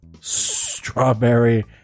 strawberry